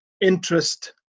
interest